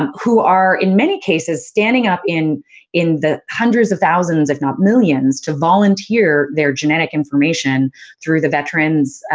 um who are, in many cases, standing up in in the hundreds of thousands, if not millions, to volunteer their genetic information through the veterans',